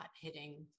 hitting